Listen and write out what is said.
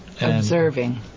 observing